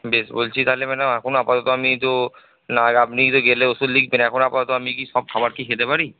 বেশ বলছি তাহলে ম্যাডাম এখন আপাতত আমি তো নয় আপনি তো গেলে ওষুধ লিখবেন এখন আপাতত আমি কি সব খাবার কি খেতে পারি